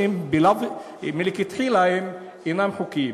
שהם מלכתחילה אינם חוקיים.